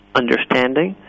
understanding